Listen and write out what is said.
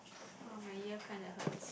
!wah! my ear kind hurts